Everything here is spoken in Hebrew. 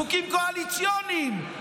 חוקים קואליציוניים,